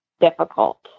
difficult